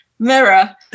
mirror